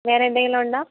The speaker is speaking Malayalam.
വേറെ എന്തെങ്കിലും ഉണ്ടോ